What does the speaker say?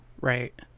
Right